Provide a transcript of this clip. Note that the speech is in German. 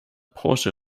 branche